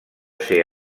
ser